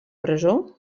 presó